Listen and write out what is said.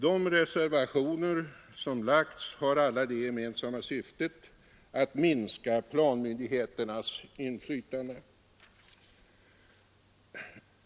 De reservationer som lagts har alla det gemensamma syftet att minska planmyndigheternas inflytande.